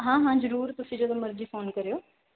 ਹਾਂ ਹਾਂ ਜ਼ਰੂਰ ਤੁਸੀਂ ਜਦੋਂ ਮਰਜ਼ੀ ਫੋਨ ਕਰਿਓ